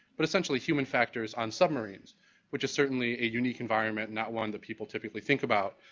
but essentially human factors on submarines which is certainly a unique environment, not one that people typically think about.